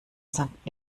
sankt